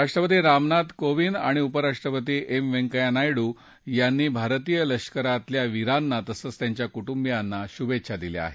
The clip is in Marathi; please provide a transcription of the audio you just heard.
राष्ट्रपती रामनाथ कोविंद आणि उपराष्ट्रपती एम व्यंकय्या नायडू यांनी भारतीय लष्करातल्या विरांना तसंच त्यांच्या कुटुंबियांना शुभेच्छा दिल्या आहेत